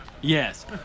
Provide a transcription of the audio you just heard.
Yes